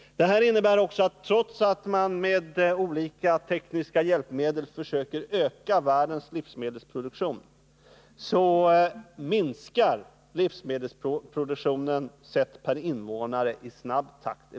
Trots att man med olika tekniska hjälpmedel försöker öka världens livsmedelsproduktion minskar härigenom ändå livsmedelsproduktionen i världen per invånare i snabb takt.